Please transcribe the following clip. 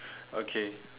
okay